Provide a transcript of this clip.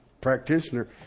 practitioner